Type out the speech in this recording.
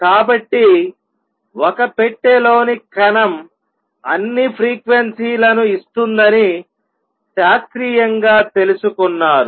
కాబట్టి ఒక పెట్టెలోని కణం అన్ని ఫ్రీక్వెన్సీలను ఇస్తుందని శాస్త్రీయంగా తెలుసుకున్నారు